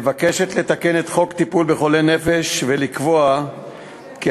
מבקשת לתקן את חוק טיפול בחולי נפש ולקבוע שהיועץ